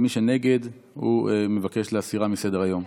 ומי שנגד מבקש להסירה מסדר-היום.